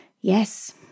Yes